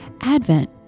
Advent